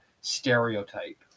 stereotype